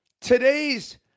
today's